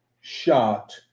shot